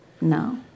No